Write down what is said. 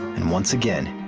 and once again